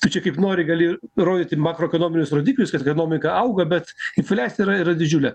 tu čia kaip nori gali rodyti makroekonominius rodiklius kad ekonomika auga bet infliacija yra yra didžiulė